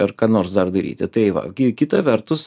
ar ką nors dar daryti tai va gi kita vertus